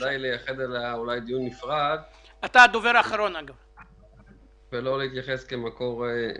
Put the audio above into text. כדאי לייחד לה אולי דיון נפרד ולא להתייחס אליה רק כאל מקור תקציבי.